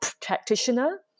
practitioner